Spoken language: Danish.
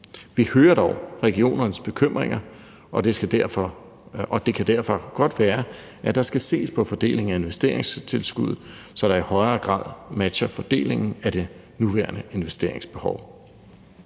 Vi hører dog regionernes bekymringer, og det kan derfor godt være, at der skal ses på fordelingen af investeringstilskuddet, så den i højere grad matcher fordelingen af det nuværende investeringsbehov.